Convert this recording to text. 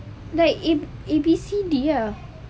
like A B C D ya